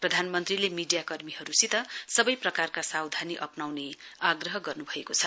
प्रधानमन्त्रीले मीडिया कर्मीहरूसित सबै प्रकारका सावधानी अप्राउने आग्रह गर्नुभएको छ